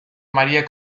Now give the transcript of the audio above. maría